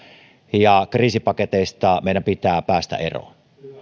ja kriisipaketeista meidän pitää päästä eroon